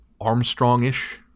Armstrong-ish